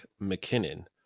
McKinnon